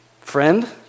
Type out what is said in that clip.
Friend